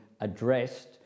addressed